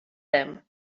them